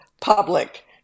public